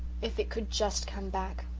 if it could just come back!